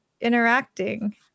interacting